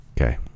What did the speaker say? Okay